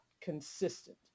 consistent